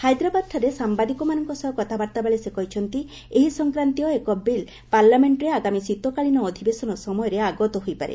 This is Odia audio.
ହାଇଦ୍ରାବାଦଠାରେ ସାମ୍ବାଦିକମାନଙ୍କ ସହ କଥାବାର୍ତ୍ତାବେଳେ ସେ କହିଛନ୍ତି ଏହି ସଂକ୍ରାନ୍ତୀୟ ଏକ ବିଲ୍ ପାର୍ଲାମେଣ୍ଟର ଆଗାମୀ ଶୀତକାଳୀନ ଅଧିବେଶନ ସମୟରେ ଆଗତ ହୋଇପାରେ